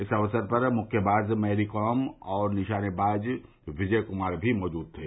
इस अवसर पर मुक्केबाज मैरी कॉम और निशानेबाज विजय कुमार भी मौजूद थे